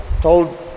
told